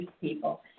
people